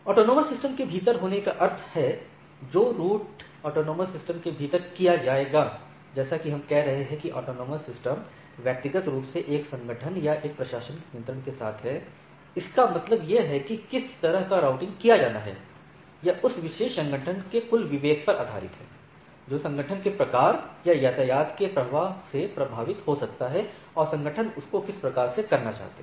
as के भीतर होने का अर्थ है जो रूट एएस के भीतर किया जाएगा जैसा कि हम कह रहे हैं कि ये ऑटॉनमस सिस्टम व्यक्तिगत रूप से एक संगठन या एक प्रशासनिक नियंत्रण के साथ हैं इसका मतलब यह है कि किस तरह का राउटिंग किया जाना है यह उस विशेष संगठन के कुल विवेक पर आधारित है जो संगठन के प्रकार या यातायात के प्रवाह से प्रभावित हो सकता है और संगठन उसको किस प्रकार से करना चाहते हैं